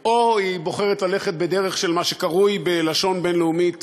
או שהיא בוחרת ללכת בדרך של מה שקרוי בלשון בין-לאומית